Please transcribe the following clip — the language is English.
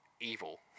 evil